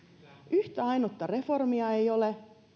yhtä ainutta reformia ei ole ei